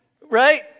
Right